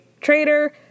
traitor